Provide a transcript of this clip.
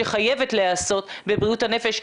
שחייבת להיעשות בבריאות הנפש,